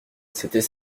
c’était